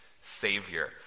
Savior